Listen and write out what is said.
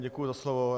Děkuji za slovo.